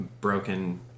broken